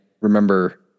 remember